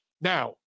Now